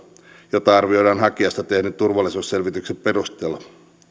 jota arvioidaan hakijasta tehdyn turvallisuusselvityksen perusteella